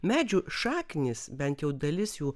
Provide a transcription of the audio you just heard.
medžių šaknys bent jau dalis jų